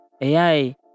ai